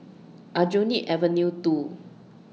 Aljunied Avenue two